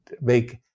make